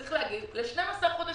צריך להגיד ל-12 חודשים,